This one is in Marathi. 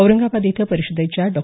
औरंगाबाद इथं परिषदेच्या डॉ